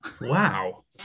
Wow